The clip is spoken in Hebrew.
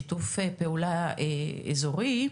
הם לא רוצים לשתף פעולה עם מדינת ישראל,